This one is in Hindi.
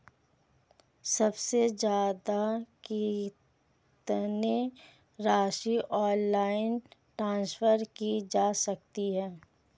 सबसे ज़्यादा कितनी राशि ऑनलाइन ट्रांसफर की जा सकती है?